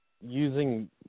using